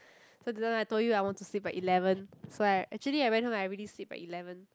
so that time I told you I want to sleep by eleven so I actually I went home I already sleep by eleven